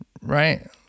right